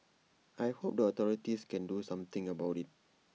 I hope the authorities can do something about IT